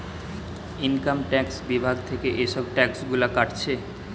income tax বিভাগ থিকে এসব ট্যাক্স গুলা কাটছে